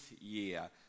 year